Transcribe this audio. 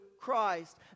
christ